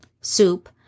Soup